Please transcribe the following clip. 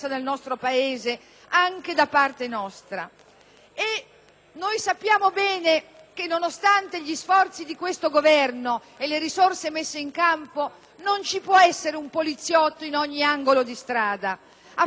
Sappiamo bene che, nonostante gli sforzi di questo Governo e le risorse messe in campo, non ci può essere un poliziotto in ogni angolo di strada. Ha fatto bene a ricordarlo il senatore Bianco, quando,